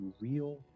real